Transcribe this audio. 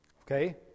Okay